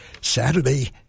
Saturday